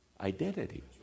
Identity